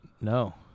no